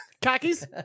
Khakis